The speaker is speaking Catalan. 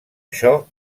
això